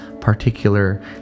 particular